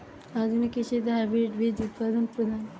আধুনিক কৃষিতে হাইব্রিড বীজ উৎপাদন প্রধান